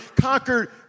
conquered